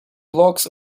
blocks